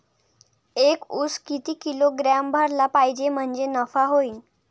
एक उस किती किलोग्रॅम भरला पाहिजे म्हणजे नफा होईन?